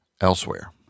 elsewhere